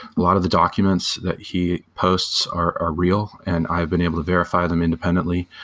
a lot of the documents that he posts are are real, and i've been able to verify them independently.